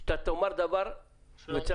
שאתה תאמר דבר שלא